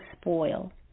spoil